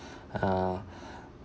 uh